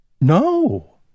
No